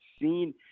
seen